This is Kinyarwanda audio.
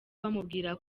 bamubwira